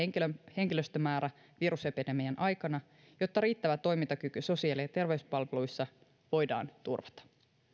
henkilöstömäärä virusepidemian aikana jotta riittävä toimintakyky sosiaali ja terveyspalveluissa voidaan turvata